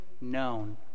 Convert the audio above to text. known